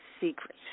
secret